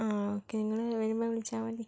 ആ ഓക്കേ നിങ്ങള് വരുമ്പോൾ വിളിച്ചാൽ മതി